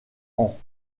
ans